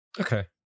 Okay